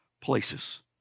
places